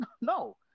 no